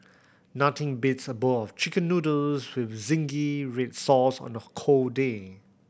nothing beats a bowl of Chicken Noodles with zingy red sauce on a cold day